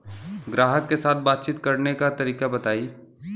ग्राहक के साथ बातचीत करने का तरीका बताई?